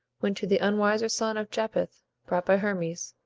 when to the unwiser son of japhet brought by hermes,